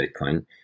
bitcoin